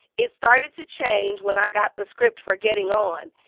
it started to change when i got the script for getting on,